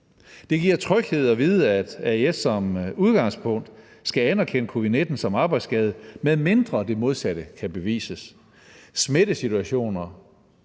Det giver tryghed at vide, at AES som udgangspunkt skal anerkende covid-19 som arbejdsskade, medmindre det modsatte kan bevises. Smittesituationer